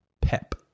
pep